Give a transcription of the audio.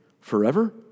forever